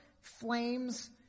flames